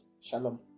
Shalom